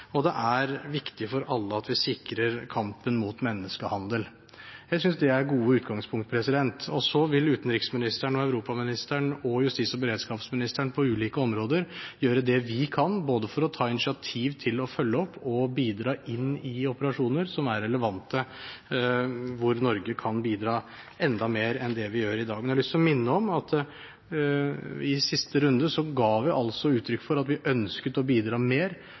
og det er viktig for alle at vi sikrer kampen mot menneskehandel. Jeg synes det er gode utgangspunkt. Så vil utenriksministeren, europaministeren og justis- og beredskapsministeren på ulike områder gjøre det vi kan for å ta initiativ til både å følge opp og å bidra inn i operasjoner som er relevante, hvor Norge kan bidra enda mer enn det vi gjør i dag. Jeg har lyst til å minne om at i siste runde ga vi altså uttrykk for at vi ønsket å bidra mer,